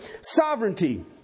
Sovereignty